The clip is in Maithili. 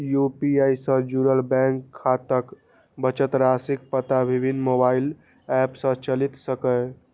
यू.पी.आई सं जुड़ल बैंक खाताक बचत राशिक पता विभिन्न मोबाइल एप सं चलि सकैए